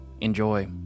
Enjoy